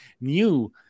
new